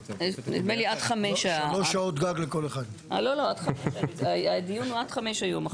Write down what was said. נדמה לי עד 17:00. הדיון הוא עד 17:00 היום.